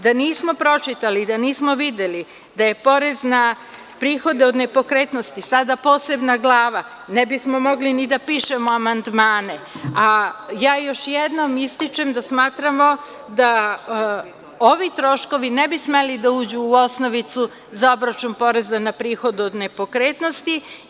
Da nismo pročitali i da nismo videli da je porez na prihode od nepokretnosti sada posebna glava, ne bismo mogli ni da pišemo amandmane, a još jednom ističem da smatramo ovi troškovi ne bi smeli da uđu u osnovicu za obračun poreza na prihode od nepokretnosti.